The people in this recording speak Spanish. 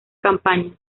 campaña